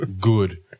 good